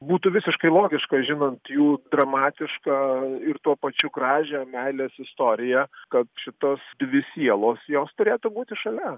būtų visiškai logiška žinant jų dramatišką ir tuo pačiu gražią meilės istoriją kad šitos dvi sielos jos turėtų būti šalia